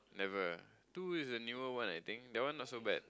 never two is the newer one I think that one not so bad